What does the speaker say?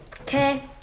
Okay